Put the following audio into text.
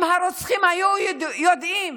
אם הרוצחים היו יודעים